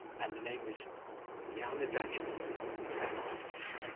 and the name is nanadhaja the banner of wisdom.